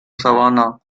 savannah